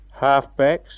halfbacks